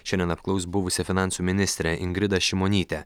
šiandien apklaus buvusią finansų ministrę ingridą šimonytę